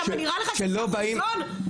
היו"ר מירב בן ארי (יו"ר ועדת ביטחון הפנים): זה לא קשור,